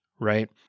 Right